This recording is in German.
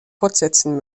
fortsetzen